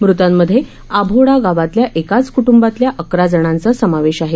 मृतांमध्ये आभोडा गावातल्या एकाच क्ट्बातल्या अकरा जणांचा समावेश आहे